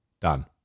Done